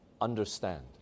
understand